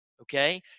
okay